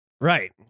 Right